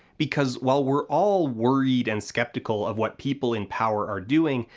because while we're all worried and skeptical of what people in power are doing,